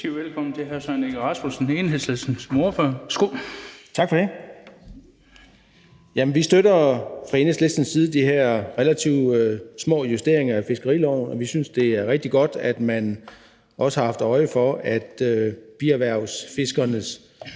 (Ordfører) Søren Egge Rasmussen (EL): Tak for det. Vi støtter fra Enhedslistens side de her relativt små justeringer af fiskeriloven, og vi synes, det er rigtig godt, at man også har haft øje for, at bierhvervsfiskernes